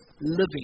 living